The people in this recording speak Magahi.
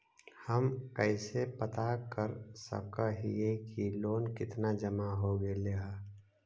हम कैसे पता कर सक हिय की लोन कितना जमा हो गइले हैं?